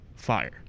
fire